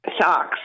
Socks